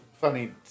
funny